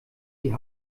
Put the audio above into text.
die